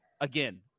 again